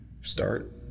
start